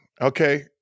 Okay